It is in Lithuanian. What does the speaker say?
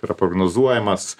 yra prognozuojamas